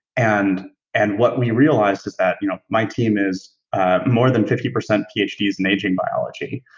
and and what we realized is that you know my team is more than fifty percent ph d s in aging biology,